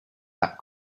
that